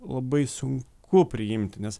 labai sunku priimti nes